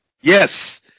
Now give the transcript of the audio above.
Yes